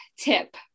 tip